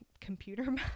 computer